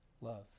love